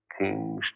King's